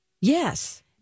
Yes